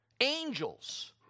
Angels